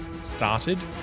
started